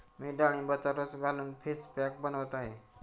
मी डाळिंबाचा रस घालून फेस पॅक बनवत आहे